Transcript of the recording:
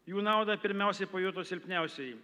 jų naudą pirmiausiai pajuto silpniausieji